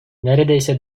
neredeyse